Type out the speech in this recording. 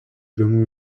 dienų